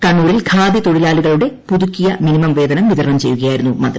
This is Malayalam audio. കണ്ണൂരിൽ ഖാദി തൊഴിലാളികളുടെ പുതുക്കിയ മിനിമം വേതനം വിതരണം ചെയ്യുകയായിരുന്നു മന്ത്രി